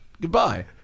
Goodbye